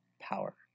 power